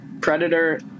Predator